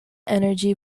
energy